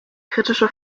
kritische